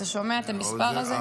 אתה שומע את המספר הזה?